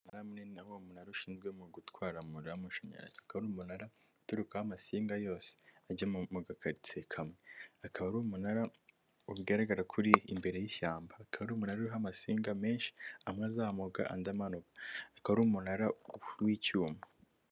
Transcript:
Namwe murabona ko ari umunara ushinzwe mu gutwara mo amashanyarazi. Akaba ari umunara uturukaho amasinga yose ajya mu gakaritsi kamwe; akaba ari umunara ugaragara ko uri imbere y'ishyamba. Akaba ari umuna ariho amasinga menshi, amwe azamuka andi amanuka, akaba ari umunara w'icyuma.